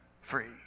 free